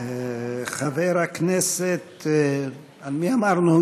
חבר הכנסת, מי אמרנו?